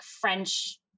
French